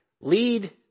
lead